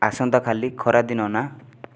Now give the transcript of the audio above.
ଆସନ୍ତାକାଲି ଖରାଦିନ ନା